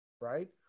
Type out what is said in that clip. Right